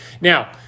Now